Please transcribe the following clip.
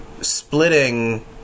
splitting